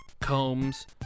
combs